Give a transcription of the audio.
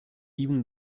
even